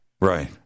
right